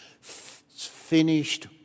finished